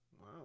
Wow